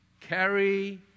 Carry